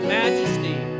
majesty